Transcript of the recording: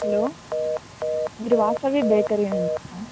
hello మీరు Vasavi bakery